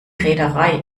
reederei